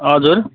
हजुर